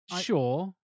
Sure